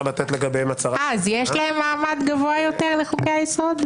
לתת- -- אז יש להם מעמד גבוה יותר לחוקי היסוד?